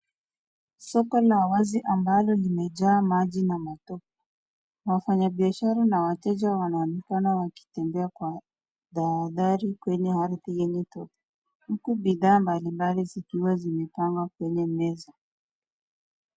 Soko la wazi ambalo limejaa maji na matope. Wafanyabiashara na wateja wanaoneka wakitembea kwa dhaathari kwenye ardhi yenye tope, huku bidhaa mbali mbali zikiwa zimepangwa kwenye meza.